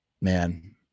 Man